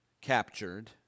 captured